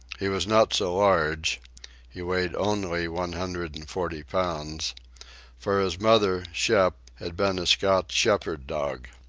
he was not so large he weighed only one hundred and forty pounds for his mother, shep, had been a scotch shepherd dog.